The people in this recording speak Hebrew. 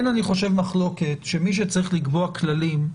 אני חושב שאין מחלוקת שמי שצריך לקבוע כללים,